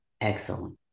excellent